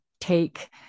take